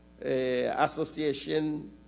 Association